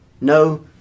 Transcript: No